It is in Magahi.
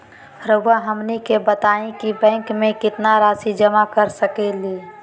रहुआ हमनी के बताएं कि बैंक में कितना रासि जमा कर सके ली?